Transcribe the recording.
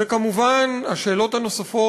וכמובן, השאלות הנוספות.